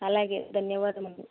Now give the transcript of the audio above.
అలాగే ధన్యవాదములు